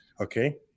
okay